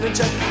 check